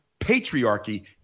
patriarchy